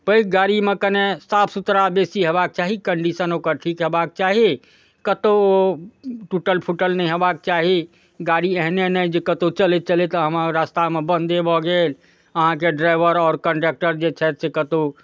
पैघ गाड़ीमे कने साफ सुथरा बेसी हेबाक चाही कन्डीशन ओकर ठीक हेबाक चाही कतहु टुटल फुटल नहि हेबाक चाही गाड़ी एहने नहि जे कतहु चलैत चलैत हमर रस्तामे बन्दे भऽ गेल अहाँके ड्राइवर आओर कन्डक्टर जे छथि से कतहु